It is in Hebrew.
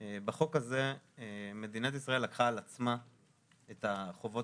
בחוק הזה מדינת ישראל לקחה על עצמה את החובות